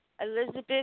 Elizabeth